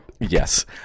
yes